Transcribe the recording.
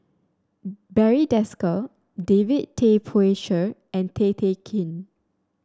Barry Desker David Tay Poey Cher and Tay Kay Chin